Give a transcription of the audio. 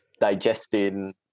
digesting